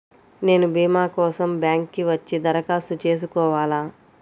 నేను భీమా కోసం బ్యాంక్కి వచ్చి దరఖాస్తు చేసుకోవాలా?